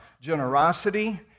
generosity